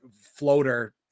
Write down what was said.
floater